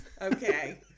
Okay